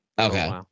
Okay